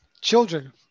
children